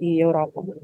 į europą